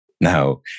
now